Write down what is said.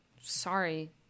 sorry